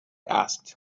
asked